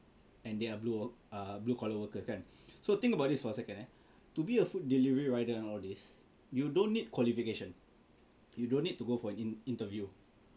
and they are blue err blue collar workers kan so think about this for a second eh to be a food delivery rider and all these you don't need qualification you don't need to go for an in~ interview